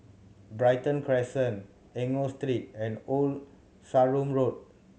Brighton Crescent Enggor Street and Old Sarum Road